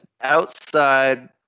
outside